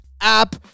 app